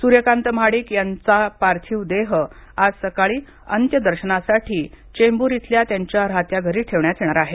सुर्यकांत महाडिक यांचा पार्थिव देह आज सकाळी अंत्यदर्शनासाठी चेंबूर इथल्या त्यांच्या राहत्या घरी ठेवण्यात येणार आहे